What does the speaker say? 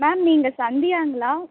ma'am நீங்கள் சந்தியாங்களா